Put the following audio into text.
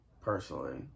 personally